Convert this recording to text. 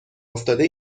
افتاده